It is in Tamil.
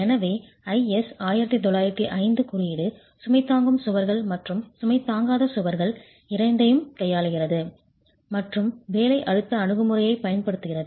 எனவே IS 1905 குறியீடு சுமை தாங்கும் சுவர்கள் மற்றும் சுமை தாங்காத சுவர்கள் இரண்டையும் கையாளுகிறது மற்றும் வேலை அழுத்த அணுகுமுறையைப் பயன்படுத்துகிறது